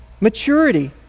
maturity